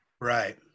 Right